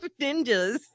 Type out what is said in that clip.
ninjas